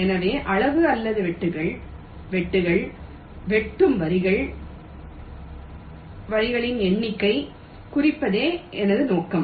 எனவே அளவு அல்லது வெட்டுக்கள் வெட்டுக்கள் வெட்டும் வரிகளின் எண்ணிக்கையை குறைப்பதே எனது நோக்கம்